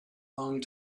long